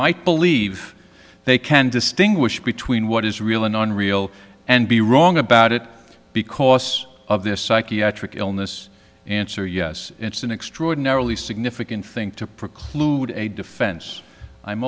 might believe they can distinguish between what is real and unreal and be wrong about it because of this psychiatric illness answer yes it's an extraordinarily significant thing to preclude a defense i'm